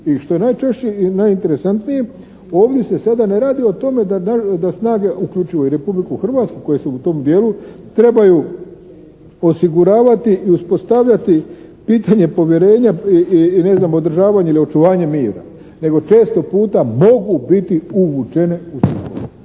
I što je najčešće i najinteresantnije, ovdje se sada ne radi o tome da snage uključuju i Republiku Hrvatsku koja se u tom dijelu trebaju osiguravati i uspostavljati pitanje povjerenja i ne znam, održavanje ili očuvanje mira nego često puta mogu biti uvučene u sukobe.